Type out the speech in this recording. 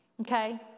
okay